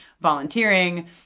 volunteering